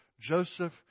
Joseph